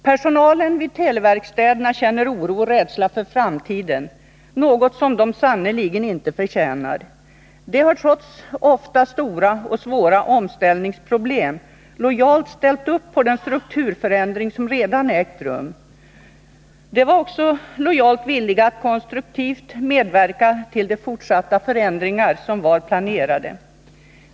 Personalen vid Teliverkstäderna känner oro och rädsla för framtiden, något som de sannerligen inte förtjänar. De har trots ofta stora och svåra omställningsproblem lojalt ställt upp på den strukturförändring som redan ägt rum. De var också lojalt villiga att konstruktivt medverka till de fortsatta förändringar som var planerade.